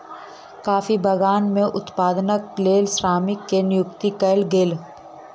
coffee बगान में उत्पादनक लेल श्रमिक के नियुक्ति कयल गेल